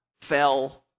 fell